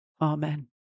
Amen